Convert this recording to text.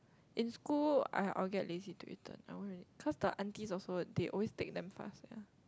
in school I I'll get lazy to return I won't really cause the aunties also they always take damn fast